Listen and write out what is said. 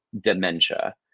dementia